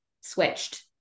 switched